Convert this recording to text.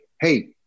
hey